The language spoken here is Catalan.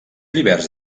lliberts